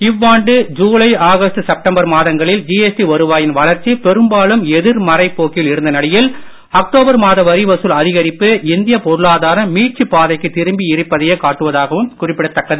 இவ்வாண்டு July August September மாதங்களில் GST வருவாயின் வளர்ச்சி பெரும்பாலும் எதிர்மறை போக்கில் இருந்த நிலையில் அக்டோபர் மாத வரிவசூல் அதிகரிப்பு இந்திய பொருளாதாரம் மீட்சிப் பாதைக்கு திரும்பி இருப்பதையே காட்டுவதும் குறிப்பிடத்தக்கது